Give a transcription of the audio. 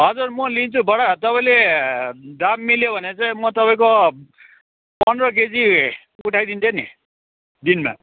हजुर म लिन्छु बडा तपाईँले दाम मिल्यो भने चाहिँ म तपाईँको पन्ध्र केजी उठाइदिन्थेँ नि दिनमा